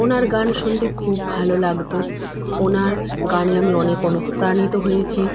ওনার গান শুনতে খুব ভালো লাগতো ওনার গানে আমি অনেক অনুপ্রাণিত হয়েছি